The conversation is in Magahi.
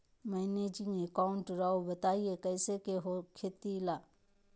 मैनेजिंग अकाउंट राव बताएं कैसे के हो खेती ला?